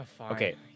Okay